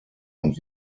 und